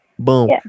Boom